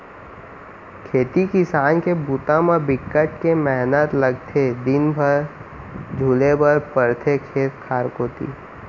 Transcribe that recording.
खेती किसान के बूता म बिकट के मेहनत लगथे दिन भर झुले बर परथे खेत खार कोती